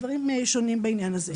דברים שונים בעניין הזה.